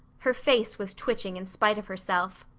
her face was twitching in spite of herself.